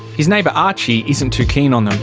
his neighbour archie isn't too keen on